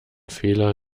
fehler